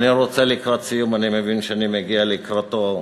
לקראת סיום, אני מבין שאני מגיע לקראתו,